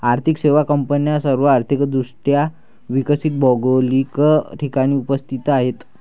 आर्थिक सेवा कंपन्या सर्व आर्थिक दृष्ट्या विकसित भौगोलिक ठिकाणी उपस्थित आहेत